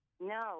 No